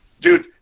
dude